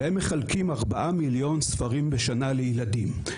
והם מחלקים ארבעה מיליון ספרים בשנה לילדים.